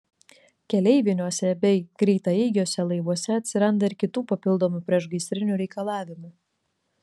keleiviniuose bei greitaeigiuose laivuose atsiranda ir kitų papildomų priešgaisrinių reikalavimų